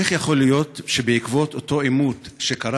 איך יכול להיות שבעקבות אותו עימות שקרה